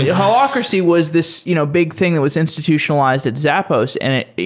yeah holacracy was this you know big thing that was institutionalized at zappos and it,